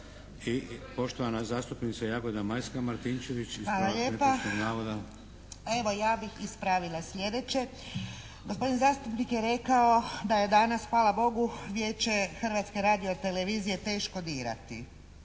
**Martinčević, Jagoda Majska (HDZ)** Hvala lijepa. Evo ja bih ispravila sljedeće. Gospodin zastupnik je rekao da je danas hvala Bogu Vijeće Hrvatske radiotelevizije teško dirati,